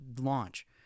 launch